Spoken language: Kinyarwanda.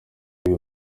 ngo